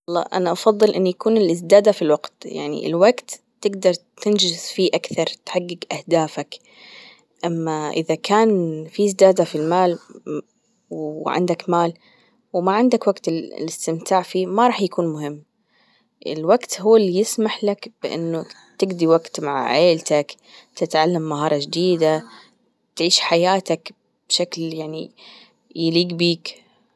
والله أنا أفضل أن يكون الإزدادة في الوقت يعني الوجت تجدر تنجز فيه أكثر تحجج أهدافك أما إذا كان في إزدادة في المال وعندك مال وما عندك وقت الاستمتاع فيه ما راح يكون مهم، الوجت هو اللي يسمح لك بانه تقضي وجت مع عيلتك، تتعلم مهارة جديدة، تعيش حياتك بشكل يعني يليق بك